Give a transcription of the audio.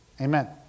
Amen